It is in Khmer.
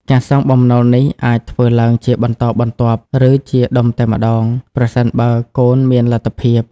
ការសងបំណុលនេះអាចធ្វើឡើងជាបន្តបន្ទាប់ ឬជាដុំតែម្ដង ប្រសិនបើកូនមានលទ្ធភាព។